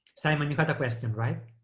simon, you've got a question, right?